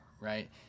right